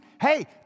hey